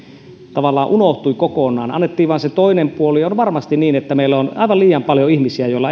tavallaan unohtui kokonaan annettiin vain se toinen puoli on varmasti niin että meillä on aivan liian paljon ihmisiä joilla